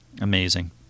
Amazing